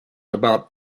about